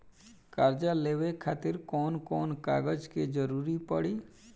कर्जा लेवे खातिर कौन कौन कागज के जरूरी पड़ी?